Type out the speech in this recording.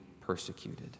persecuted